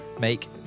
make